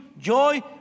joy